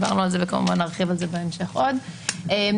נרחיב על זה בהמשך עוד.